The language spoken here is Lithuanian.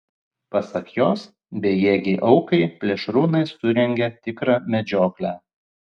pasak jos bejėgei aukai plėšrūnai surengė tikrą medžioklę